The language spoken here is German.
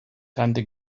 tante